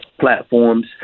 platforms